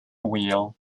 wheel